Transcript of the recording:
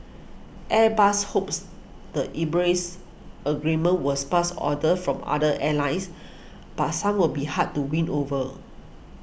Airbus hopes the Emirates agreement was past orders from other airlines but some will be hard to win over